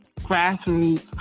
grassroots